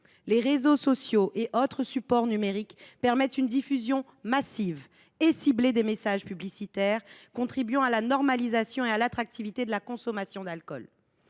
Les réseaux sociaux et autres supports numériques permettent une diffusion massive et ciblée des messages publicitaires, contribuant à la normalisation et à l’attractivité de la consommation d’alcool.